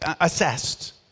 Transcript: assessed